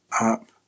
up